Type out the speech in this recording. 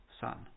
son